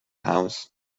house